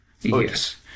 yes